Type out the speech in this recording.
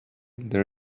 there